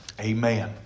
Amen